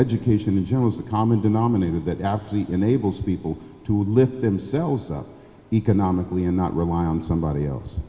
education in general is the common denominator that athlete enables people to lift themselves up economically and not rely on somebody else